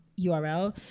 URL